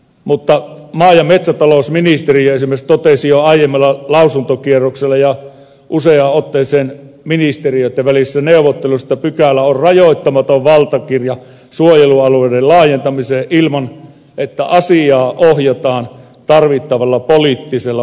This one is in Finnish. mutta maa ja metsätalousministeriö esimerkiksi totesi jo aiemmalla lausuntokierroksella ja useaan otteeseen ministeriöitten välisissä neuvotteluissa että pykälä on rajoittamaton valtakirja suojelualueiden laajentamiseen ilman että asiaa ohjataan tarvittavalla poliittisella päätöksellä